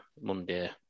Monday